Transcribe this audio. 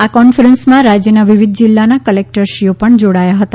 આ કોન્ફરન્સમાં રાજ્યના વિવિધ જિલ્લાના કલેકટરશ્રીઓ પણ જોડાયા હતા